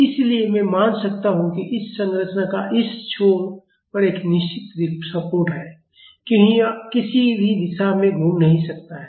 इसलिए मैं मान सकता हूं कि इस संरचना का इस छोर पर एक निश्चित सपोर्ट है क्योंकि यह किसी भी दिशा में घूम नहीं सकता है